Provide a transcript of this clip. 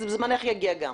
זמנך יגיע גם.